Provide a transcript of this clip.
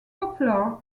popular